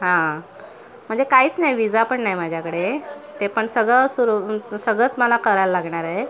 हां म्हणजे काहीच नाही विजा पण नाही माझ्याकडे ते पण सगळं सुरू सगळंच मला करायला लागणार आहे